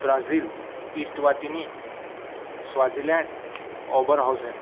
Brazil Eswatini Swaziland Oberhausen